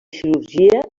cirurgia